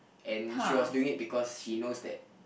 and she was doing it because she knows that